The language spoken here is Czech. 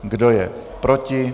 Kdo je proti?